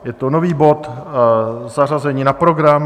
Je to nový bod zařazení na program.